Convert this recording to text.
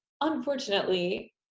unfortunately